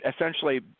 essentially